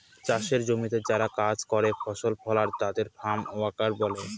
চাষের জমিতে যারা কাজ করে ফসল ফলায় তাদের ফার্ম ওয়ার্কার বলে